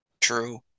True